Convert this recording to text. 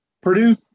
Purdue